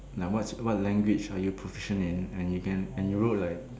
like what's what language are you proficient in and you can and you wrote like